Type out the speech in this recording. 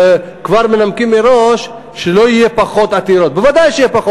וכבר מנמקים מראש שלא יהיו פחות עתירות.